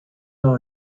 are